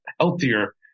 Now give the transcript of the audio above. healthier